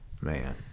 man